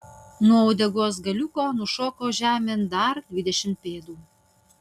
nuo uodegos galiuko nušoko žemėn dar dvidešimt pėdų